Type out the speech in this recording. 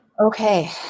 Okay